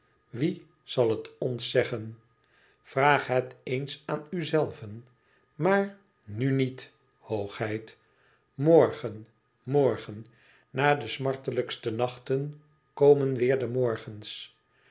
wie zal het ons zeggen vraag het eens aan uzelven maar nu niet hoogheid morgen morgen na de smartelijkste nachten komen weêr de morgens